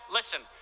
listen